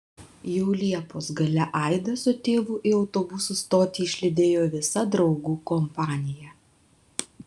jau liepos gale aidą su tėvu į autobusų stotį išlydėjo visa draugų kompanija